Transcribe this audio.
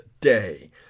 day